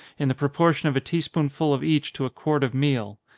in the proportion of a tea-spoonful of each to a quart of meal.